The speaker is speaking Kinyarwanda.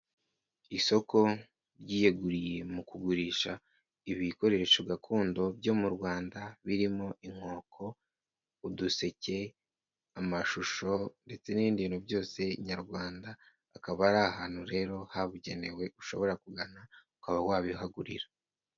Isoko ryiyeguriye mu kugurisha ibikoresho gakondo byo mu Rwanda, birimo inkoko, uduseke, amashusho ndetse n'ibindi bintu byose nyarwanda, akaba ari ahantu rero habugenewe ushobora kugana ukaba wabihagurira.